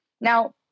Now